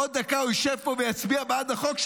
עוד דקה הוא ישב פה ויצביע בעד החוק,